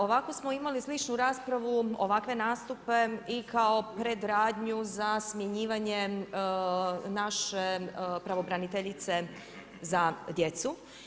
Ovako smo imali sličnu raspravu, ovakve nastupe i kao predradnju za smjenjivanje naše pravobraniteljice za djecu.